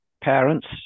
parents